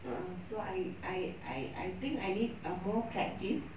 uh so I I I I think I need err more practice